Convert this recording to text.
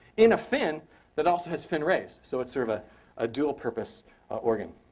in a fin that also has fin rays. so it's sort of ah a dual purpose organ.